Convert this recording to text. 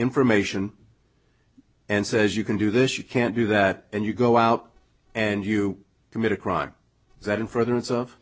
information and says you can do this you can't do that and you go out and you commit a crime that in front of